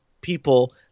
people